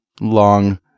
long